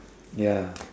ya